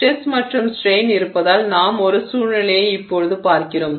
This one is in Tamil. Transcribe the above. ஸ்ட்ரெஸ் மற்றும் ஸ்ட்ரெய்ன் இருப்பதால் நாம் ஒரு சூழ்நிலையை இப்போது பார்க்கிறோம்